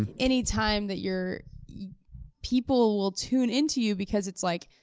and any time that your people will tune into you, because it's like,